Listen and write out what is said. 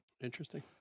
Interesting